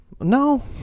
No